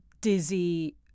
dizzy